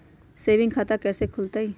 Saving खाता कैसे खुलतई?